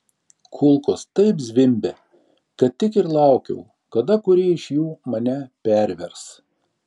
kulkos taip zvimbė kad tik ir laukiau kada kuri iš jų mane pervers